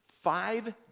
Five